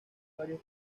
varios